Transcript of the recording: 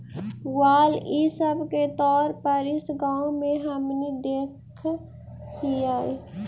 पुआल इ सब के तौर पर इस गाँव में हमनि देखऽ हिअइ